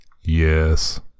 Yes